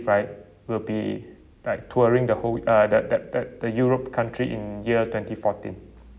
right will be like touring the whole uh the the the the europe country in year twenty fourteen